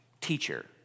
teacher